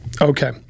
Okay